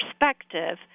perspective